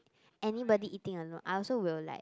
anybody eating alone I also will like